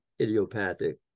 idiopathic